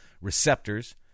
receptors